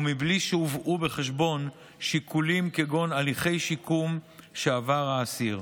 ובלי שהובאו בחשבון שיקולים כגון הליכי שיקום שעבר האסיר.